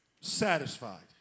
satisfied